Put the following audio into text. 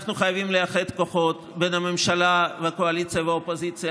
אנחנו חייבים לאחד כוחות בין הממשלה והקואליציה והאופוזיציה.